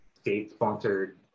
state-sponsored